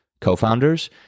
co-founders